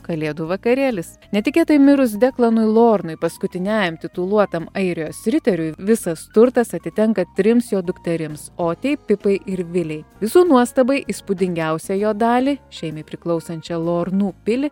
kalėdų vakarėlis netikėtai mirus deklanui lornui paskutiniajam tituluotam airijos riteriui visas turtas atitenka trims jo dukterims otei pipai ir vilei visų nuostabai įspūdingiausią jo dalį šeimai priklausančią lornų pilį